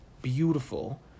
beautiful